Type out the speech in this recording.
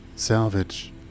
salvage